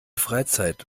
freizeit